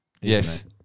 Yes